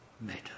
matter